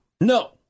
No